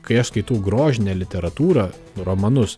kai aš skaitau grožinę literatūrą romanus